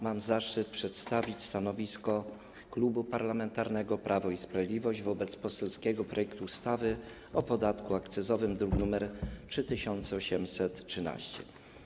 Mam zaszczyt przedstawić stanowisko Klubu Parlamentarnego Prawo i Sprawiedliwość wobec poselskiego projektu ustawy o zmianie ustawy o podatku akcyzowym, druk nr 3813.